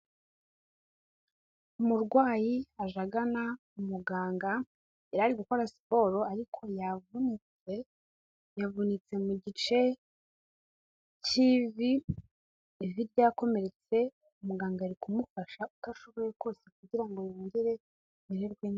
Umurwayi aje agana umuganga yari ari gukora siporo ariko yavunitse, yavunitse mu gice k'ivi, ivi ryakomeretse muganga ari kumufasha uko ashoboye kose kugira ngo yongere amererwe neza.